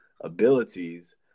abilities